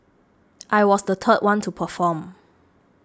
I was the third one to perform